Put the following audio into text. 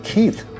Keith